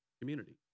community